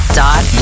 dot